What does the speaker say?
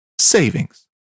savings